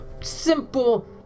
simple